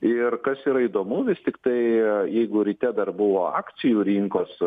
ir kas yra įdomu vis tiktai jeigu ryte dar buvo akcijų rinkos